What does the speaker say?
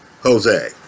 Jose